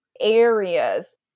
areas